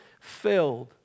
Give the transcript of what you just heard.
filled